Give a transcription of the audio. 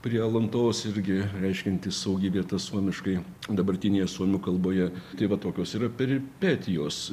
prie alantos irgi reiškianti saugi vieta suomiškai dabartinėje suomių kalboje tai va tokios yra peri petijos